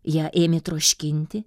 ją ėmė troškinti